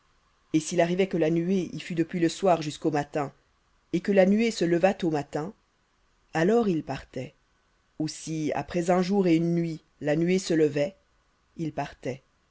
et s'il arrivait que la nuée y fût depuis le soir jusqu'au matin et que la nuée se levât au matin alors ils partaient ou si après un jour et une nuit la nuée se levait ils partaient